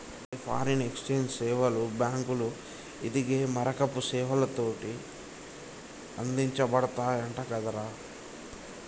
మరి foreign exchange సేవలు బాంకులు, ఇదిగే మారకపు సేవలతోటి అందించబడతయంట కదరా